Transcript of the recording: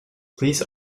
please